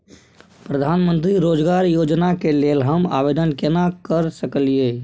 प्रधानमंत्री रोजगार योजना के लेल हम आवेदन केना कर सकलियै?